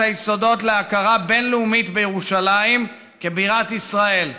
היסודות להכרה בין-לאומית בירושלים כבירת ישראל,